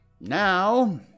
Now